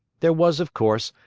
there was, of course,